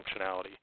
functionality